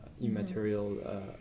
immaterial